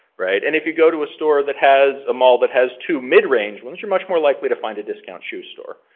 right? and if you go to a store that has a mall that has two mid-range once you're much more likely to find a discount shoe store.